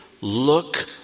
look